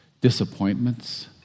disappointments